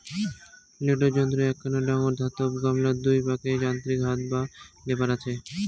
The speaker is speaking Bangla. লোডার যন্ত্রর এ্যাকনা ডাঙর ধাতব গামলার দুই পাকে যান্ত্রিক হাত বা লেভার আচে